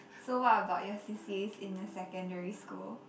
so what about your c_c_as in the secondary school>